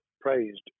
praised